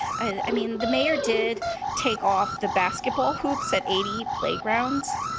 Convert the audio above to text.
i mean, the mayor did take off the basketball hoops at eighty playgrounds.